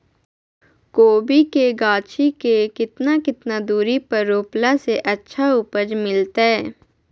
कोबी के गाछी के कितना कितना दूरी पर रोपला से अच्छा उपज मिलतैय?